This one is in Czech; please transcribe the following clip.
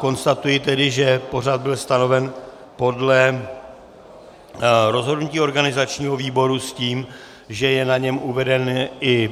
Konstatuji tedy, že pořad byl stanoven podle rozhodnutí organizačního výboru s tím, že je na něm uvedena i